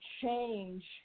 change